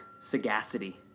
sagacity